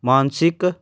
ਮਾਸਿਕ